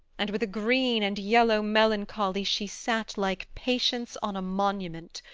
and with a green and yellow melancholy, she sat, like patience on a monument,